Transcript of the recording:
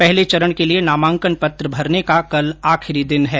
पहले चरण के लिए नामांकन पत्र भरने का कल आखिरी दिन है